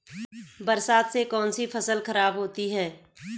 बरसात से कौन सी फसल खराब होती है?